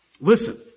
Listen